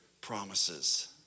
promises